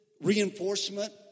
reinforcement